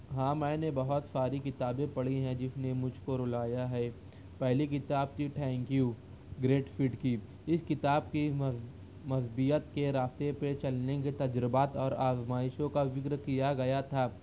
ہاں میں نے بہت ساری کتابیں پڑھی ہیں جس نے مجھ کو رلایا ہے پہلی کتاب تھی تھینک یو گریٹ فٹ کی اس کتاب کی مثبیت کے راستے پہ چلنے کے تجربات اور آزمائشوں کا ذکر کیا گیا تھا